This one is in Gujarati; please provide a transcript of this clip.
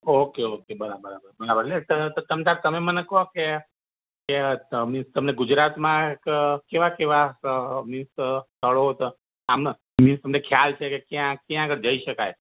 ઓકે ઓકે બરાબર બરાબર બરાબર એટલે તમતાર તમે મને કહો કે કે તમ તમને ગુજરાતમાં ક કેવાં કેવાં ક અ મીન્સ ક સ્થળો છે આમ તમને ખ્યાલ છે કે ક્યાં ક્યાં જઈ શકાય